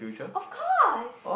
of course